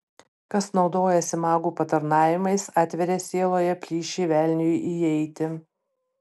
kas naudojasi magų patarnavimais atveria sieloje plyšį velniui įeiti